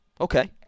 Okay